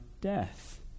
death